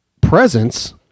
presence